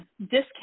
discount